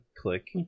click